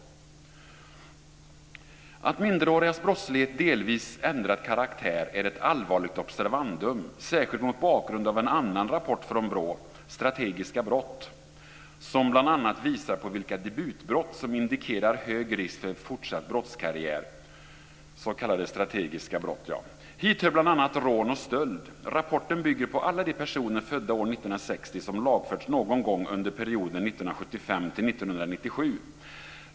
Att minderårigas brottslighet delvis ändrat karaktär är ett allvarligt observandum, särskilt mot bakgrund av en annan rapport från BRÅ, Strategiska brott. Den visar bl.a. på vilka debutbrott som indikerar hög risk för fortsatt brottskarriär, s.k. strategiska brott. Hit hör bl.a. rån och stöld. Rapporten bygger på alla de personer födda år 1960 som lagförts någon gång under perioden 1975-1997.